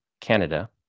Canada